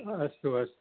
हा अस्तु अस्तु